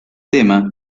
tema